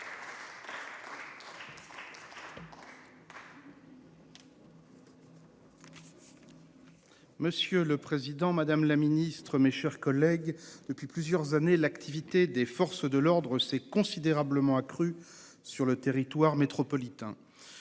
Monsieur le président, madame la secrétaire d'État, mes chers collègues, depuis plusieurs années l'activité des forces de l'ordre s'est considérablement accrue sur le territoire métropolitain.